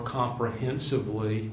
comprehensively